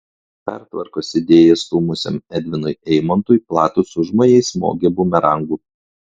pertvarkos idėją stūmusiam edvinui eimontui platūs užmojai smogė bumerangu